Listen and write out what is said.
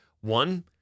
one